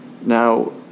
Now